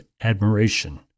admiration